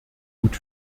gut